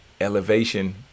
elevation